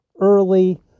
early